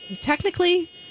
technically